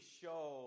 show